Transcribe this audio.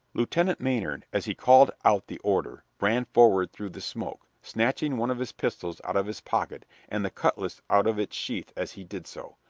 lieutenant maynard, as he called out the order, ran forward through the smoke, snatching one of his pistols out of his pocket and the cutlass out of its sheath as he did so.